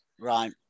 Right